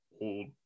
old